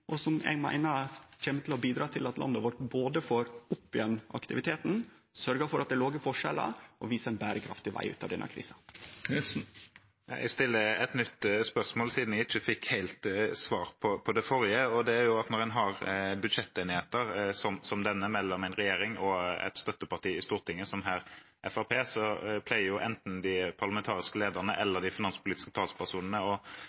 og som eg meiner kjem til å bidra til at landet vårt både får opp igjen aktiviteten, sørgjer for at det er låge forskjellar og viser ein berekraftig veg ut av denne krisa. Jeg stiller et nytt spørsmål, siden jeg ikke helt fikk svar på det forrige: Når en har budsjettenigheter, slik som denne, mellom en regjering og et støtteparti i Stortinget – som her Fremskrittspartiet – så pleier jo enten de parlamentariske lederne